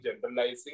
generalizing